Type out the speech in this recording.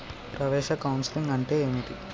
ప్రవేశ కౌన్సెలింగ్ అంటే ఏమిటి?